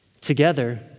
Together